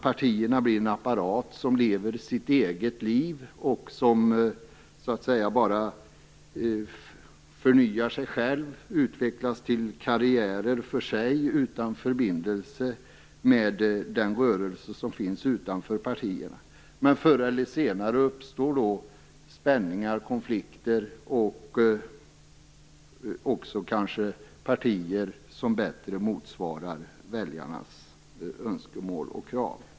Partierna kan bli en apparat som lever sitt eget liv och som bara förnyar sig själv, utvecklas till karriärvägar utan förbindelse med den rörelse som finns utanför partierna. Men förr eller senare uppstår spänningar, konflikter och också kanske partier som bättre motsvarar väljarnas önskemål och krav.